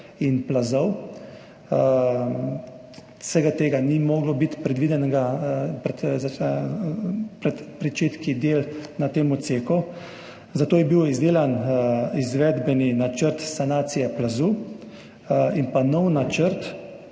in plazov. Vse to ni moglo biti predvideno pred pričetki del na tem odseku, zato je bil izdelan izvedbeni načrt sanacije plazu in nov načrt